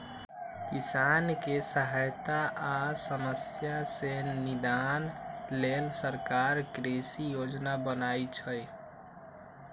किसानके सहायता आ समस्या से निदान लेल सरकार कृषि योजना बनय छइ